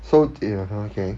so ya okay